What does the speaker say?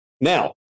Now